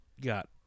got